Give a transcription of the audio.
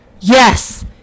Yes